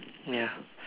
ya